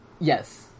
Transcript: Yes